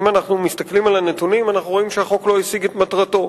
אם אנחנו מסתכלים על הנתונים אנחנו רואים שהחוק לא השיג את מטרתו.